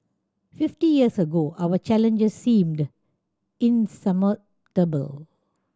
fifty years ago our challenges seemed insurmountable